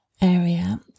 area